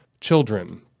children